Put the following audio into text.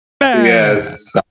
Yes